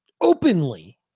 openly